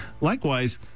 Likewise